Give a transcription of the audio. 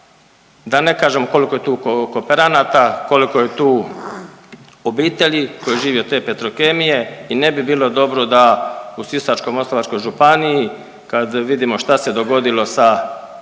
da ne kažem koliko je tu kooperanata, koliko je tu obitelji koje žive od te Petrokemije i ne bi bilo dobro da u Sisačko-moslavačkoj županiji kad vidimo šta se dogodilo sa INA-om